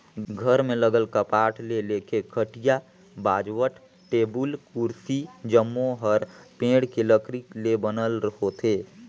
घर में लगल कपाट ले लेके खटिया, बाजवट, टेबुल, कुरसी जम्मो हर पेड़ के लकरी ले बनल होथे